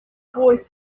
boy